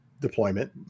deployment